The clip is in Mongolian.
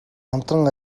хамтран